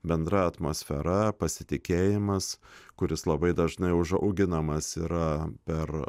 bendra atmosfera pasitikėjimas kuris labai dažnai užauginamas yra per